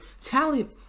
talent